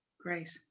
Great